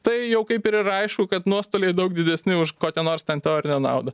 tai jau kaip ir ir aišku kad nuostoliai daug didesni už kokią nors ten teorinę naudą